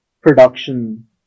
production